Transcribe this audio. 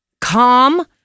calm